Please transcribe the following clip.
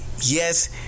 Yes